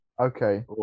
Okay